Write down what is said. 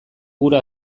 gure